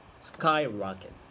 Skyrocket